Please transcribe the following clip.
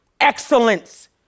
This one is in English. excellence